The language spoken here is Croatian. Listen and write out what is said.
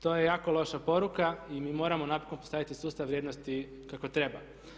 To je jako loša poruka i mi moramo napokon postaviti sustav vrijednosti kako treba.